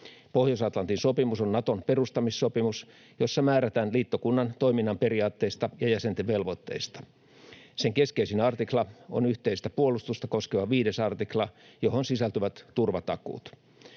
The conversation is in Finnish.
Pohjois-Atlantin sopimus on Naton perustamissopimus, jossa määrätään liittokunnan toiminnan periaatteista ja jäsenten velvoitteista. Sen keskeisin artikla on yhteistä puolustusta koskeva 5 artikla, johon sisältyvät turvatakuut.